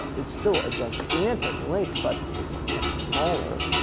it's still a gigantic lake, but it's much smaller.